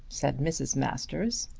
said mrs. masters.